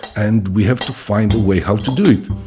and we have to find a way how to do it.